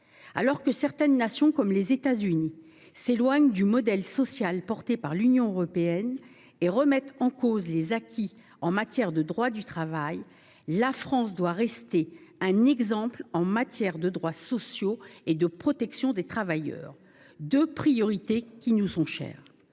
Alors que certaines nations, comme les États Unis, s’éloignent du modèle social promu par l’Union européenne et remettent en cause les acquis en matière de droits du travail, la France doit rester un exemple en matière de droits sociaux et de protection des travailleurs, deux priorités qui nous sont chères.